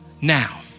Now